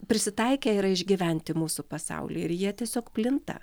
prisitaikę yra išgyventi mūsų pasauly ir jie tiesiog plinta